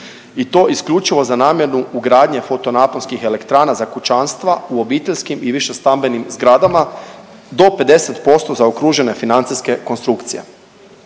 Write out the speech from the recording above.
i to isključivo za namjenu ugradnje foto naponskih elektrana za kućanstva u obiteljskim i višestambenim zgradama do 50% zaokružene financijske konstrukcije.